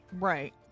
right